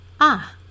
Ah